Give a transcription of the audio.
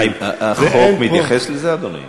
החוק מתייחס לזה, אדוני?